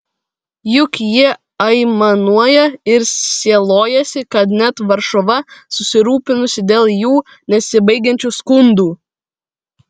juk jie aimanuoja ir sielojasi kad net varšuva susirūpinusi dėl jų nesibaigiančių skundų